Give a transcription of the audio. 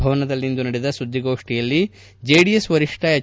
ಭವನದಲ್ಲಿಂದು ನಡೆದ ಸುದ್ದಿಗೋಷ್ಠಿಯಲ್ಲಿ ಜೆಡಿಎಸ್ ವರಿಷ್ಠ ಎಚ್